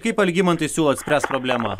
kaip algimantai siūlotespręst problemą